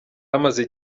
amaze